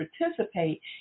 participate